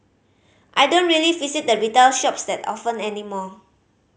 I don't really visit the retail shops that often anymore